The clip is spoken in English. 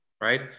right